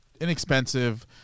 inexpensive